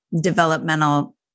developmental